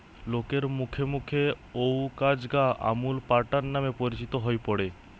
লোকের মুখে মুখে অউ কাজ গা আমূল প্যাটার্ন নামে পরিচিত হই পড়ে